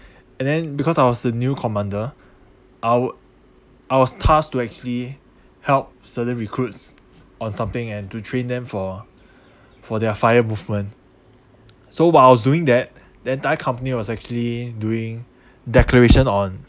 and then because I was the new commander I would I was tasked to actually help certain recruits on something and to train them for for their fire movement so while I was doing that the entire company was actually doing declaration on